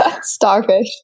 Starfish